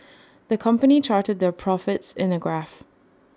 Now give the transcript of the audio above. the company charted their profits in A graph